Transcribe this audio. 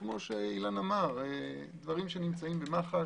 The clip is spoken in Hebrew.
כפי שאילן אמר דברים שנמצאים במח"ש,